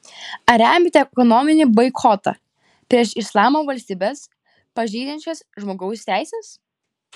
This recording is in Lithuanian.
ar remiate ekonominį boikotą prieš islamo valstybes pažeidžiančias žmogaus teises